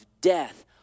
death